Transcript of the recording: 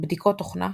בדיקות תוכנה